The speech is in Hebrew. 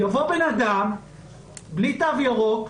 יבוא בן אדם בלי תו ירוק,